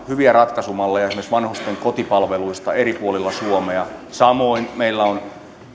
hyviä ratkaisumalleja esimerkiksi vanhusten kotipalveluista eri puolilla suomea samoin meillä on kaksikymmentäneljä kautta